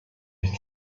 ist